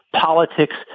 politics